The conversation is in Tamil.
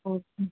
ஓ ம்